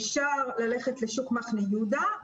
אפשר ללכת לשוק מחנה יהודה,